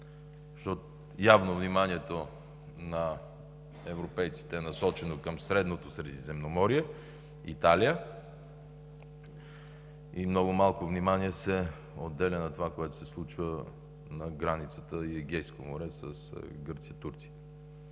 Явно вниманието на европейците е насочено към средното Средиземноморие – Италия, и много малко внимание се отделя на това, което се случва на границата и Егейско море с Гърция и Турция.